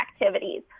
activities